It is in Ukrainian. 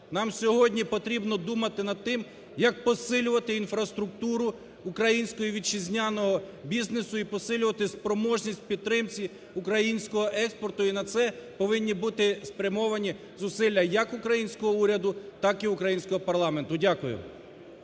нам сьогодні потрібно думати над тим, як посилювати інфраструктуру українського вітчизняного бізнесу і посилювати спроможність підтримці українського експорту, і на це повинні бути спрямовані зусилля як українського уряду, так і українського парламенту. Дякую.